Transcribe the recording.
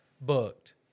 booked